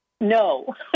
No